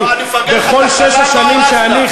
הגלגולים שלכם,